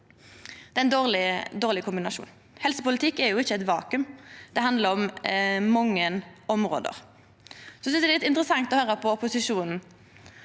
Det er ein dårleg kombinasjon. Helsepolitikk er ikkje eit vakuum. Det handlar om mange område. Så synest eg det er litt interessant å høyra på opposisjonen.